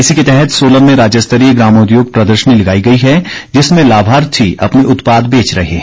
इसी के तहत सोलन में राज्य स्तरीय ग्रामोद्योग प्रदर्शनी लगाई गई है जिसमें लाभार्थी अपने उत्पाद बेच रहे हैं